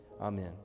amen